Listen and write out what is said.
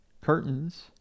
curtains